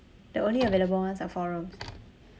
the only available ones are four rooms